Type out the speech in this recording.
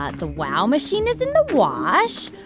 ah the wow machine is in the wash.